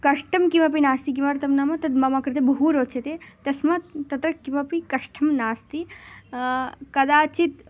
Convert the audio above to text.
कष्टं किमपि नास्ति किमर्थं नाम तद् मम कृते बहु रोचते तस्मात् तत्र किमपि कष्टं नास्ति कदाचित्